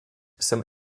some